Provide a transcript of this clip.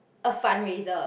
a fund raiser